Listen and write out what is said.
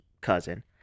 cousin